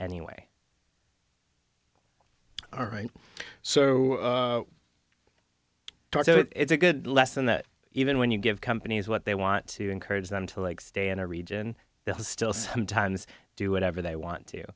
anyway all right so it's a good lesson that even when you give companies what they want to encourage them to like stay in a region they'll still sometimes do whatever they want to